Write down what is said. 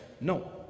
No